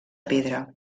pedra